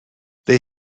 they